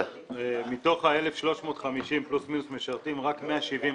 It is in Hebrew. מתוך ה-1,350 פלוס מינוס משרתים רק 170 רווקים.